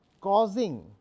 causing